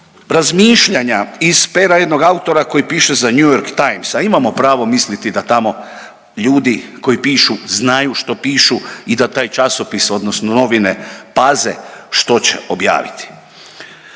razmišljanja iz pera jednog autora koji piše za New Times, a imamo pravo misliti da tamo ljudi koji pišu znaju što pišu i da taj časopis odnosno novine paze što će objaviti.